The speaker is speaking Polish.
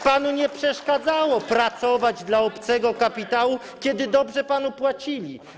Panu nie przeszkadzało, by pracować dla obcego kapitału, kiedy dobrze panu płacili.